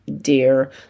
dear